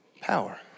power